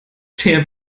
der